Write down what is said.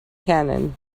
cannon